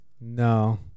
No